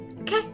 okay